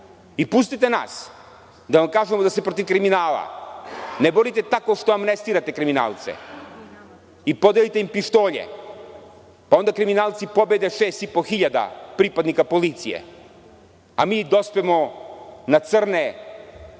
Pustite nas da vam kažemo da se protiv kriminala ne borite tako što amnestirate kriminalce i podelite im pištolje, pa onda kriminalci pobede šest i po hiljada pripadnika policije a mi dospemo na crne